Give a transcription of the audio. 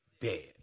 dead